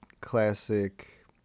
classic